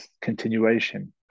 continuation